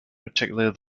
particularly